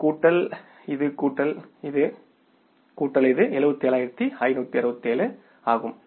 இது கூட்டல் இது கூட்டல் இது கூட்டல் இது 77567 ஆகும்